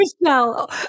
Michelle